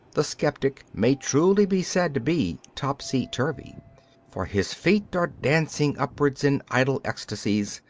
the sceptic may truly be said to be topsy-turvy for his feet are dancing upwards in idle ecstasies,